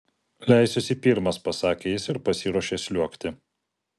leisiuosi pirmas pasakė jis ir pasiruošė sliuogti